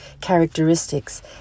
characteristics